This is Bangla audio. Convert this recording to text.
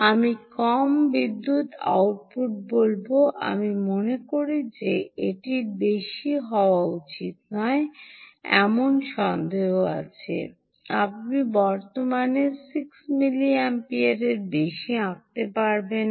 আমি কম বিদ্যুত্ আউটপুট বলব আমি মনে করি যে এটির বেশি হওয়া উচিত নয় এমন সন্দেহ আছে আপনি বর্তমানের 6 মিলিমিপেয়ারের বেশি আঁকতে পারবেন না